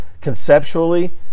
conceptually